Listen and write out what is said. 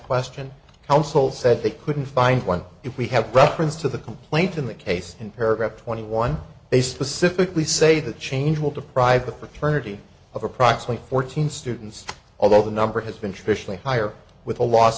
question counsel said they couldn't find one if we have reference to the complaint in that case in paragraph twenty one they specifically say that change will deprive the fraternity of approximately fourteen students although the number has been traditionally higher with a loss